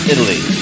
Italy